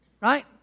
right